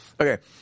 Okay